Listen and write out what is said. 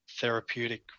therapeutic